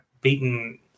beaten